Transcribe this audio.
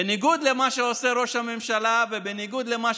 בניגוד למה שעושה ראש הממשלה ובניגוד למה